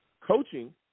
coaching